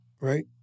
right